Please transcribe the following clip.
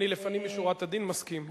לפנים משורת הדין אני מסכים.